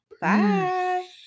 Bye